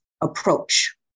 approach